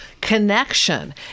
connection